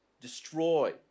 destroy